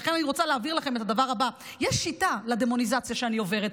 ולכן אני רוצה להבהיר לכם את הדבר הבא: יש שיטה לדמוניזציה שאני עוברת.